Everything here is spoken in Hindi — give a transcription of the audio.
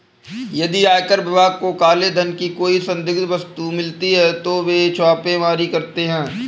यदि आयकर विभाग को काले धन की कोई संदिग्ध वस्तु मिलती है तो वे छापेमारी करते हैं